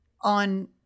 on